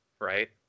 right